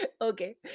okay